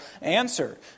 answer